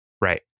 Right